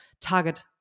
target